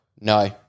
no